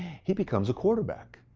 he becomes a quarterback.